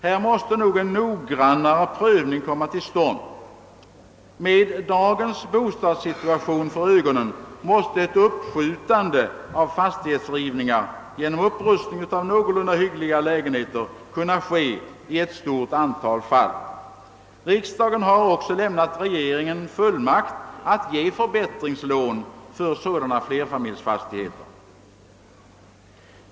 Här måste nog en noggrannare prövning komma till stånd. I dagens bostadssituation måste ett uppskjutande av fastighetsrivningar genom upprustning av någorlunda hyggliga lägenheter kunna ske i ett stort antal fall. Riksdagen har också lämnat regeringen fullmakt att ge förbättringslån för sådana flerfamiljsfastigheter.